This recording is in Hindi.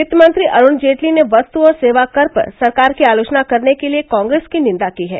वित्तमंत्री अरूण जेटली ने वस्तु और सेवा कर पर सरकार की आलोचना करने के लिए कांग्रेस की निंदा की है